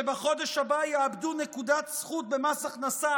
שבחודש הבא יאבדו נקודת זכות במס הכנסה